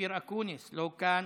אופיר אקוניס, לא כאן,